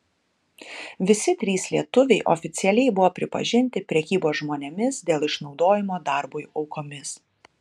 visi trys lietuviai oficialiai buvo pripažinti prekybos žmonėmis dėl išnaudojimo darbui aukomis